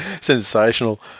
Sensational